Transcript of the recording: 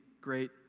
great